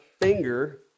finger